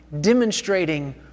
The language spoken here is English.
demonstrating